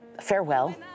farewell